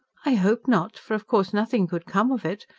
i hope not. for of course nothing could come of it.